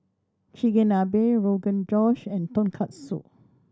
Chigenabe Rogan Josh and Tonkatsu